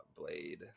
Blade